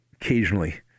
occasionally